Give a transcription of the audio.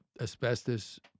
asbestos